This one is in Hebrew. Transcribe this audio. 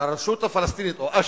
שהרשות הפלסטינית, או אש"ף,